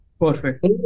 Perfect